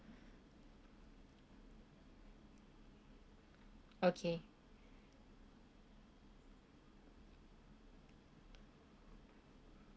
okay